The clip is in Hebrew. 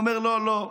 הוא אומר: לא, לא,